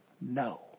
no